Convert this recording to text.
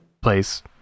place